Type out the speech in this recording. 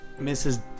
Mrs